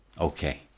Okay